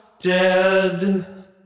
dead